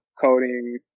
coding